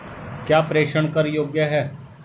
क्या प्रेषण कर योग्य हैं?